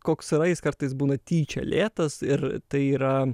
koks yra jis kartais būna tyčia lėtas ir tai yra